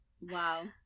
Wow